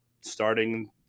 starting